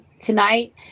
tonight